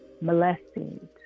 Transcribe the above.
molested